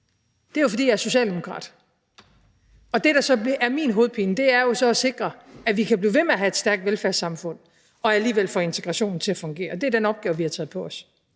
Det er jo, fordi jeg er socialdemokrat. Det, der så er min hovedpine, er at sikre, at vi kan blive ved med at have et stærkt velfærdssamfund og alligevel få integrationen til at fungere. Det er den opgave, vi har taget på os.